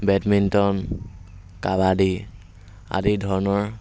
badminton kabaddi আদি ধৰণৰ